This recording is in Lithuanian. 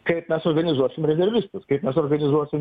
kaip mes suorganizuosim rezervistus kaip mes organizuosim